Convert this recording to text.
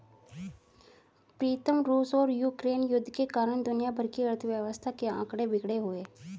प्रीतम रूस और यूक्रेन युद्ध के कारण दुनिया भर की अर्थव्यवस्था के आंकड़े बिगड़े हुए